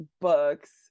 books